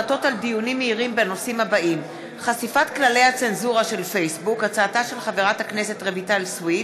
מהיר בהצעתה של חברת הכנסת רויטל סויד